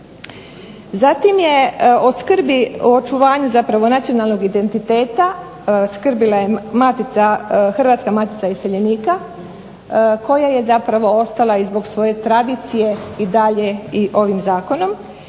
Zatim je o skrbi o očuvanju nacionalnog identiteta skrbila je Hrvatska matica iseljenika koja je ostala i zbog svoje tradicije i dalje ovom zakonom.